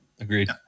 Agreed